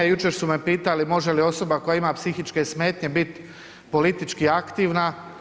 Jučer su me pitali može li osoba koja ima psihičke smetnje biti politički aktivna.